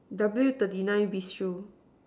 W thirty nine bistro